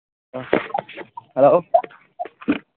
hello